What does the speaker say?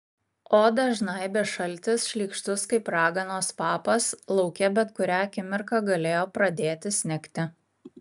odą žnaibė šaltis šlykštus kaip raganos papas lauke bet kurią akimirką galėjo pradėti snigti